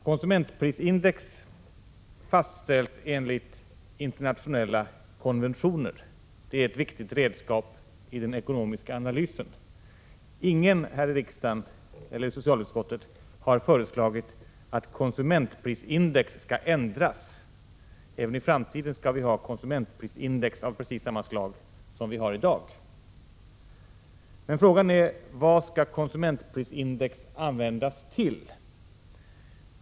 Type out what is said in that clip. Konsumentprisindex fastställs enligt internationella konventioner och är ett viktigt redskap i den ekonomiska analysen. Ingen här i riksdagen eller i socialutskottet har föreslagit att konsumentprisindex skall ändras — även i framtiden skall konsumentprisindex vara så som det är i dag. Frågan är vad konsumentprisindex skall användas till.